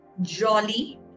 jolly